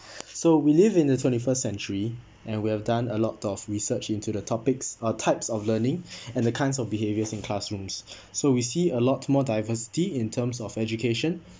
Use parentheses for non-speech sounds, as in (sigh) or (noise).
(breath) so we live in the twenty first century and we have done a lot of research into the topics of types of learning (breath) and the kinds of behaviours in classrooms so we see a lot more diversity in terms of education